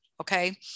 okay